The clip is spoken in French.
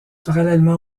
parallèlement